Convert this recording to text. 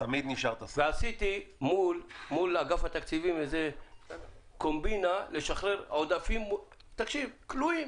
עשיתי קומבינה מול אגף התקציבים כדי לשחרר עודפים כלואים.